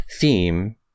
theme